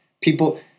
people